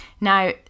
now